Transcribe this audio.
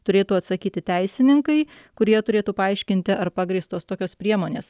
turėtų atsakyti teisininkai kurie turėtų paaiškinti ar pagrįstos tokios priemonės